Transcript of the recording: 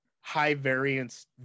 high-variance